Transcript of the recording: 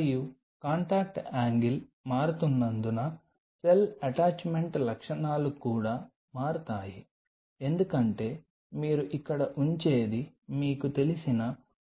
మరియు contact angle మారుతున్నందున cell attachment లక్షణాలు కూడా మారుతాయి ఎందుకంటే మీరు ఇక్కడ ఉంచేది మీకు తెలిసిన